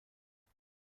فیبی